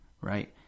right